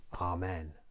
Amen